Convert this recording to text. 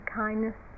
kindness